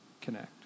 connect